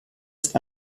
ist